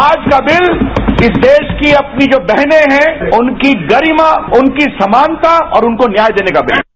आज का बिल इस देश की अपनी जो बहनें हैं उनकी गरिमा उनकी समानता और उनको न्याय देने का बिल है